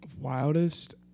wildest